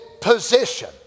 position